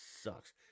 sucks